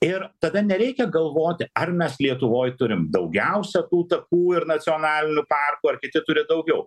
ir tada nereikia galvoti ar mes lietuvoj turim daugiausia tų takų ir nacionalinių parkų ar kiti turi daugiau